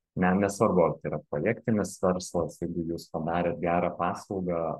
ne nesvarbu ar tai yra projektinis verslas jeigu jūs padarėt gerą paslaugą